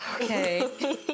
okay